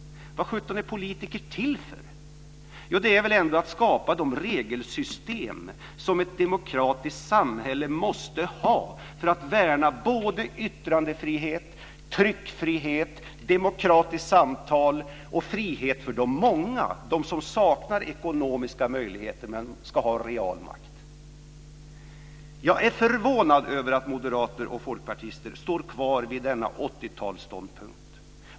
Vad sjutton är politiker till för? De är väl ändå till för att skapa de regelsystem som ett demokratiskt samhälle måste ha för att värna yttrandefrihet, tryckfrihet, demokratiskt samtal och frihet för de många som saknar ekonomiska möjligheter men som ska ha real makt. Jag är förvånad över att moderater och folkpartister står kvar vid denna 80-talsståndpunkt.